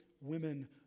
Women